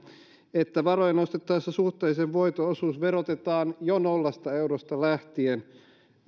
että varoja nostettaessa suhteellisen voiton osuus verotetaan jo nollasta eurosta lähtien